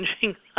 changing